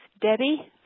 Debbie